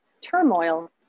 turmoil